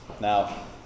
Now